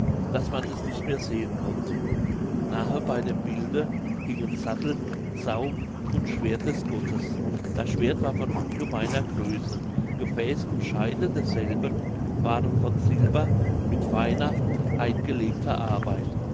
daß man es nicht mehr sehen konnte nahe bei dem bilde hingen sattel zaum und schwert des gottes das schwert war von ungemeiner größe gefäß und scheide desselben waren von silber mit feiner eingelegter arbeit